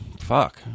Fuck